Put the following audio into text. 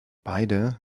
beide